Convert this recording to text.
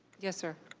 yes sir.